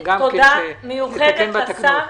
אני רוצה להודות תודה מיוחדת לשר.